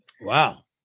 Wow